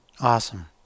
Awesome